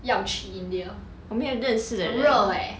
要去 india 很热 eh